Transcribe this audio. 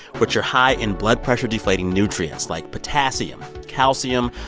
which are high in blood pressure-deflating nutrients like potassium, calcium,